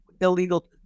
illegal